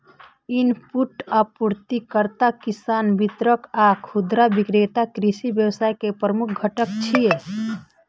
input आपूर्तिकर्ता, किसान, वितरक आ खुदरा विक्रेता कृषि व्यवसाय के प्रमुख घटक छियै